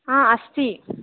अस्ति